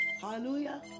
Hallelujah